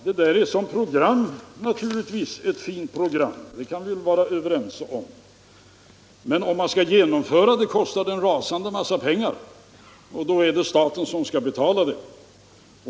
Det där är naturligtvis ett fint program — det kan vi vara överens om. Men det kostar en rasande massa pengar att genomföra det, och då är det staten som skall betala.